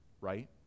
right